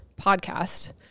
podcast